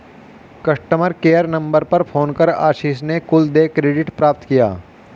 customer care number पर phone कर आशीष ने कुल देय क्रेडिट प्राप्त किया